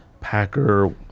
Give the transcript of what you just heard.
Packer